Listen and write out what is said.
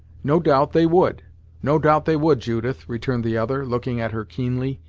no doubt they would no doubt they would, judith, returned the other, looking at her keenly,